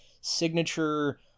signature